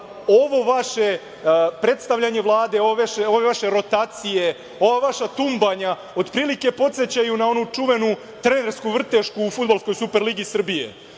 ovo vaše predstavljanje Vlade, ove vaše rotacije, ova vaša tumbanja od prilike podsećaju na onu čuvenu trenersku vrtešku u fudbalskoj super-ligi Srbije,